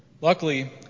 Luckily